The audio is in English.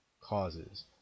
causes